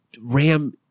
RAM